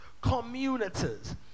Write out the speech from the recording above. communities